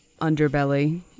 underbelly